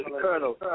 Colonel